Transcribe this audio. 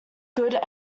good